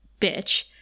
bitch